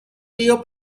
río